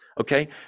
Okay